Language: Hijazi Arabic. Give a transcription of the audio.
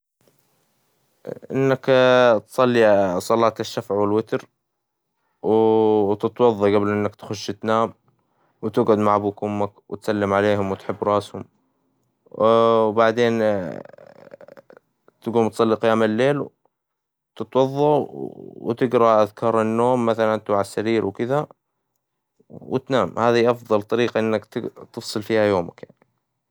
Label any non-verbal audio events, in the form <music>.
إنك <hesitation> تصلي صلاة الشفع والوتر، و <hesitation> تتوظى قبل إنك تخش تنام، وتقعد مع أبوك وأمك وتسلم عليهم وتحب راسهم، وبعدين <hesitation> تقوم تصلي قيام الليل وتتوظى وتقرأ أذكار النوم مثلا وإنت على السرير وكذا، وتنام هذي أفظل طريقة إنك تفصل فيها يومك.